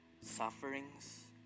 sufferings